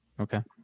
Okay